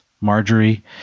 Marjorie